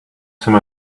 some